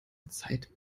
zeit